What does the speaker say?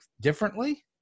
differently